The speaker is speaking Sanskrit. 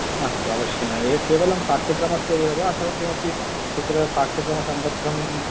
मास्तु अवश्यं केवलं पाठ्यक्रमस्य एव वा अथवा किमपि तत्र पाठ्यक्रमसम्बद्धं